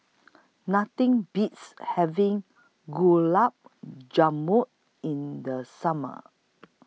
Nothing Beats having Gulab Jamun in The Summer